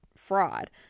Fraud